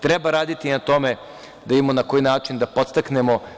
Treba raditi na tome da vidimo na koji način da podstaknemo.